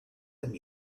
them